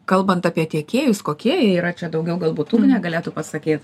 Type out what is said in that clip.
kalbant apie tiekėjus kokie jie yra čia daugiau galbūt ugnė galėtų pasakyt